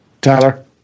Tyler